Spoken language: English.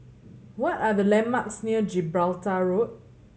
what are the landmarks near Gibraltar Road